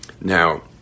Now